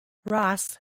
ross